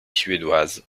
suédoise